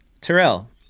Terrell